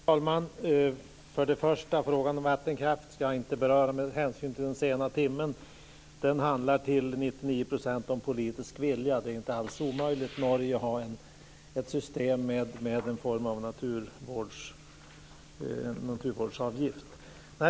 Herr talman! Jag ska inte beröra frågan om vattenkraften med hänsyn till den sena timmen. Det handlar till 99 % om politisk vilja. Det är inte alls omöjligt. Norge har ett system med en form av naturvårdsavgift.